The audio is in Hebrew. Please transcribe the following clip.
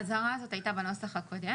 האזהרה הזאת הייתה בנוסח הקודם,